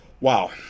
Wow